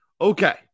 Okay